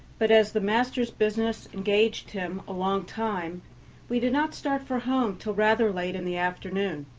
but as the master's business engaged him a long time we did not start for home till rather late in the afternoon.